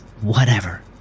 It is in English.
Whatever